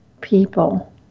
people